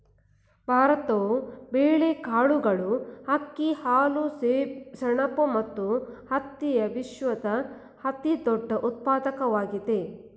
ಭಾರತವು ಬೇಳೆಕಾಳುಗಳು, ಅಕ್ಕಿ, ಹಾಲು, ಸೆಣಬು ಮತ್ತು ಹತ್ತಿಯ ವಿಶ್ವದ ಅತಿದೊಡ್ಡ ಉತ್ಪಾದಕವಾಗಿದೆ